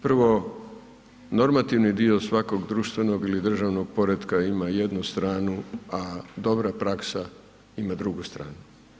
Prvo, normativni dio svakog društvenog ili državnog poretka ima jednu stranu, a dobra praksa ima drugu stranu.